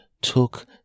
took